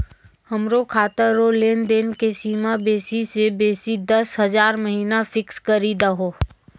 हमरो खाता रो लेनदेन के सीमा बेसी से बेसी दस हजार महिना फिक्स करि दहो